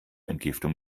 entgiftung